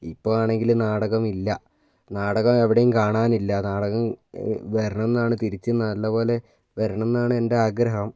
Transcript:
ഇപ്പം ആണെങ്കിൽ നാടകം ഇല്ല നാടകം എവിടെയും കാണാനില്ല നാടകം വരണം എന്നാണ് തിരിച്ചു നല്ലപോലെ വരണം എന്നാണ് എൻ്റെ ആഗ്രഹം